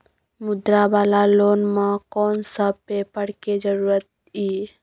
मुद्रा वाला लोन म कोन सब पेपर के जरूरत इ?